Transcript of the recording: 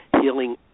healing